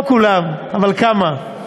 לא כולם, אבל כמה.